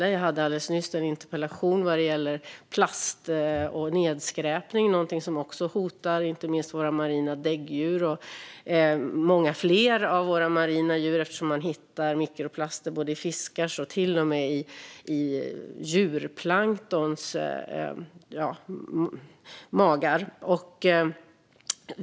Jag debatterade alldeles nyss en interpellation om plast och nedskräpning, något som också hotar inte minst våra marina däggdjur och många andra marina djur. Man hittar ju mikroplaster i fiskars magar och till och med i djurplankton.